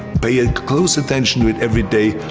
pay ah close attention to it every day,